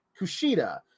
Kushida